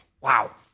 Wow